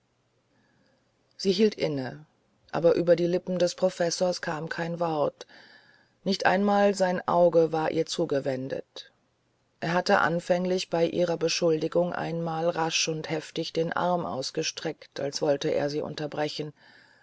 sie hielt inne aber über die lippen des professors kam kein wort nicht einmal sein auge war ihr zugewendet er hatte anfänglich bei ihrer beschuldigung einmal rasch und heftig den arm ausgestreckt als wolle er sie unterbrechen